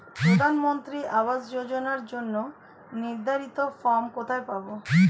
প্রধানমন্ত্রী আবাস যোজনার জন্য নির্ধারিত ফরম কোথা থেকে পাব?